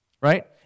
right